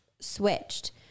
switched